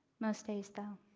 most days, though,